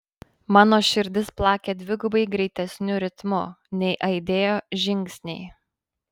mano širdis plakė dvigubai greitesniu ritmu nei aidėjo žingsniai